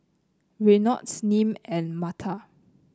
Reynolds Nim and Marta